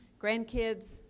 grandkids